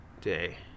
Day